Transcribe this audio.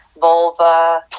vulva